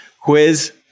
quiz